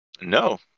No